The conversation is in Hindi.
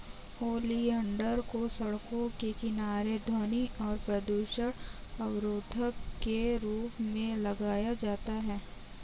ओलियंडर को सड़कों के किनारे ध्वनि और प्रदूषण अवरोधक के रूप में लगाया जाता है